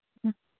ꯎꯝ